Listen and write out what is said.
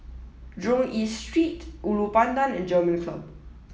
Jurong East Street Ulu Pandan and German Club